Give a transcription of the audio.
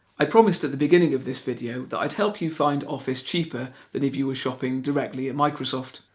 i promised at the beginning of this video that i'd help you find office cheaper than if you were shopping directly at microsoft.